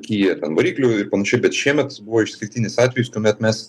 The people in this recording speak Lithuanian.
kia ten variklių ir panašiai bet šiemet buvo išskirtinis atvejis tuomet mes